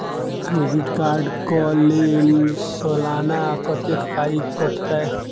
Credit card कऽ लेल सलाना कत्तेक पाई कटतै?